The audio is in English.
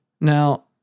Now